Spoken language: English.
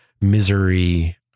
misery